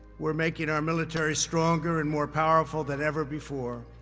we're making our military stronger and more powerful than ever before.